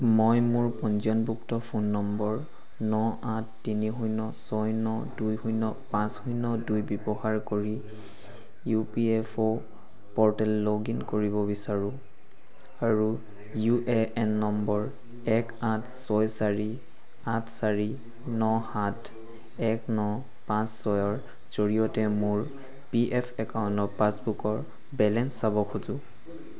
মই মোৰ পঞ্জীয়নভুক্ত ফোন নম্বৰ ন আঠ তিনি শূণ্য ছয় ন দুই শূণ্য পাঁচ শূণ্য দুই ব্যৱহাৰ কৰি ইউপিএফঅ' প'ৰ্টেলত লগ ইন কৰিব বিচাৰোঁ আৰু ইউএএন নম্বৰ এক আঠ ছয় চাৰি আঠ চাৰি ন সাত এক ন পাঁচ ছয়ৰ জৰিয়তে মোৰ পিএফ একাউণ্টৰ পাছবুকৰ বেলেঞ্চটো চাব খোজোঁ